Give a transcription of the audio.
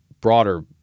broader